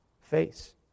face